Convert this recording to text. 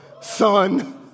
son